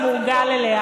אני מיתמם?